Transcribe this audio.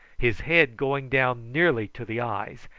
his head going down nearly to the eyes,